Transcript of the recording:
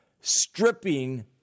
stripping